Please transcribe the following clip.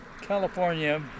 California